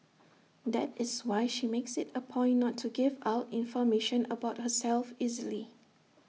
that is why she makes IT A point not to give out information about herself easily